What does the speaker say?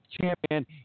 champion